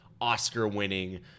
Oscar-winning